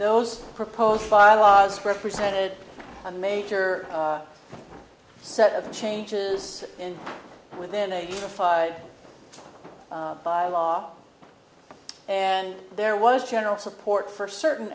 those proposed bylaws represented a major set of changes and within a unified by law and there was general support for certain